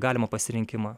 galimą pasirinkimą